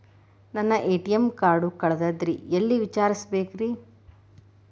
ನನ್ನ ATM card ಕಳದದ್ರಿ ಎಲ್ಲಿ ವಿಚಾರಿಸ್ಬೇಕ್ರಿ?